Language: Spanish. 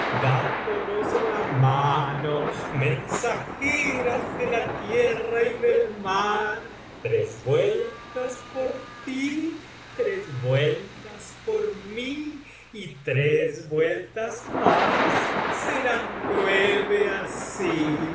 la mano mensajeras de la tierra y del mar tres vueltas por ti tres vueltas por mí y tres vueltas más serán nueve así